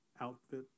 outfit